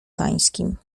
pańskim